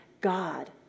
God